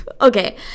Okay